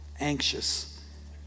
anxious